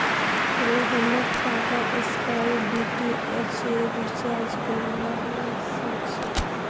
रोहनक टाटास्काई डीटीएचेर रिचार्ज करवा व स छेक